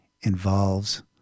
involves